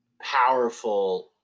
powerful